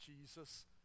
Jesus